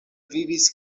vivis